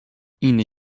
اینه